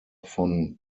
von